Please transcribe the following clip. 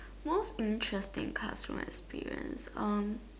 most interesting classroom experience um